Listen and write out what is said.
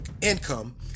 income